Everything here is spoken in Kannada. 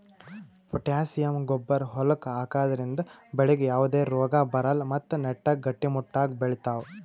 ಪೊಟ್ಟ್ಯಾಸಿಯಂ ಗೊಬ್ಬರ್ ಹೊಲಕ್ಕ್ ಹಾಕದ್ರಿಂದ ಬೆಳಿಗ್ ಯಾವದೇ ರೋಗಾ ಬರಲ್ಲ್ ಮತ್ತ್ ನೆಟ್ಟಗ್ ಗಟ್ಟಿಮುಟ್ಟಾಗ್ ಬೆಳಿತಾವ್